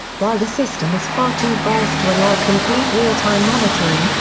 while the system is far too vast to allow complete real-time monitoring,